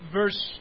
verse